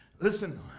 Listen